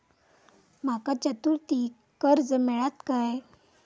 माका चतुर्थीक कर्ज मेळात काय?